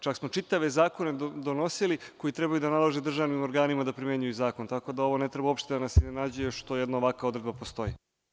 Čak smo čitave zakone donosili koji treba da nalože državnim organima da primenjuju zakon, tako da ovo ne treba uopšte da nas iznenađuje što jedna ovakva odredba postoji.